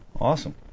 Awesome